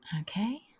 Okay